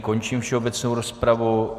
Končím všeobecnou rozpravu.